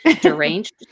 deranged